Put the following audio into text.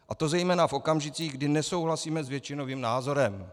A to zejména v okamžicích, kdy nesouhlasíme s většinovým názorem.